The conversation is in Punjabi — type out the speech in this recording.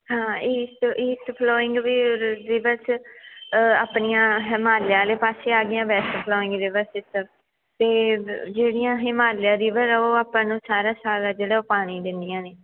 ਹਾਂ ਈਸਟ ਈਸਟ ਫਲੋਇੰਗ ਵੀ ਰਿ ਰਿਵਰਸ ਅ ਆਪਣੀਆਂ ਹਿਮਾਲਿਆ ਵਾਲੇ ਪਾਸੇ ਆ ਗਈਆਂ ਵੈਸਟ ਫਲੋਇੰਗ ਰਿਵਰਸ ਅਤੇ ਜਿਹੜੀਆਂ ਹਿਮਾਲਿਆ ਰਿਵਰ ਉਹ ਆਪਾਂ ਨੂੰ ਸਾਰਾ ਸਾਲ ਏ ਜਿਹੜਾ ਉਹ ਪਾਣੀ ਦਿੰਦੀਆਂ ਨੇ